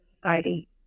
society